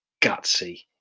gutsy